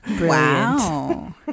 Wow